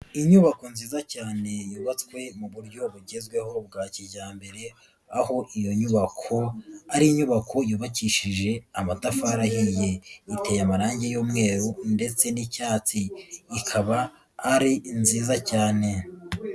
Inyubako nziza cyane yubatswe mu buryo bugezweho bwa kijyambere, aho iyo nyubako ari inyubako yubakishije amatafari ahiye. Iteye amarangi y'umweru ndetse n'icyatsi, ikaba ari nziza cyane.